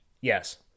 Yes